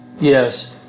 Yes